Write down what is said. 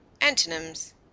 Antonyms